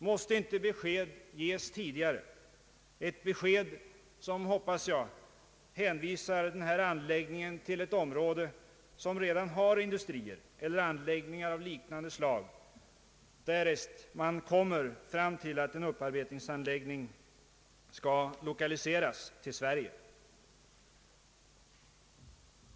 Måste inte besked ges tidigare, ett besked som, jag hoppas det, hänvisar den här anläggningen till ett annat område som redan har industrier eller anläggningar av liknande slag, därest man kommer fram till att en upparbetningsanläggning skall lokaliseras till Sverige?